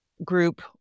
Group